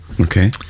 okay